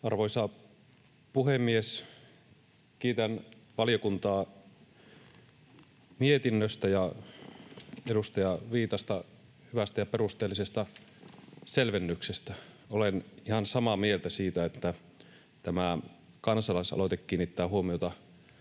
Arvoisa puhemies! Kiitän valiokuntaa mietinnöstä ja edustaja Viitasta hyvästä ja perusteellisesta selvennyksestä. Olen ihan samaa mieltä siitä, että tämä kansalaisaloite kiinnittää huomiota